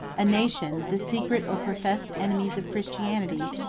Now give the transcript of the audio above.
a nation, the secret or professed enemies of christianity,